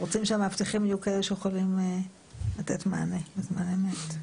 אנחנו רוצים שהמאבטחים יהיו כאלה שיכולים לתת מענה בזמן אמת.